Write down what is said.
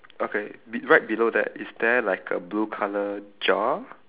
okay b~ right below that is there like a blue colour jar